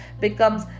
becomes